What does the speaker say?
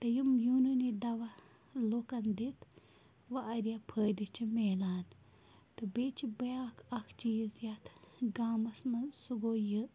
تہٕ یِم یوٗنٲنی دَوا لُکَن دِتھ واریاہ فٲیدٕ چھِ میلان تہٕ بیٚیہِ چھِ بیٛاکھ اَکھ چیٖز یَتھ گامَس منٛز سُہ گوٚو یہِ